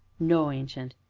no, ancient.